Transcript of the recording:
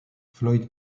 floyd